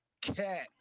Cat